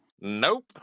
Nope